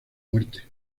muerte